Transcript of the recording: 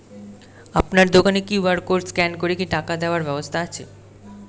আপনার দোকানে QR code scan করে কি টাকা দেওয়ার ব্যবস্থা আছে?